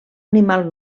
animal